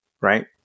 right